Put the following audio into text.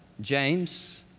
James